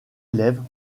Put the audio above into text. élève